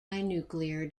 nuclear